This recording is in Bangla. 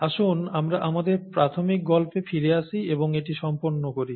আসুন আমরা আমাদের প্রাথমিক গল্পে ফিরে আসি এবং এটি সম্পন্ন করি